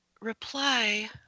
reply